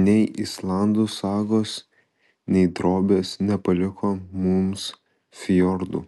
nei islandų sagos nei drobės nepaliko mums fjordų